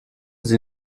sie